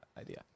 idea